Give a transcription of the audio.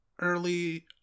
early